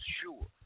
sure